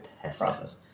process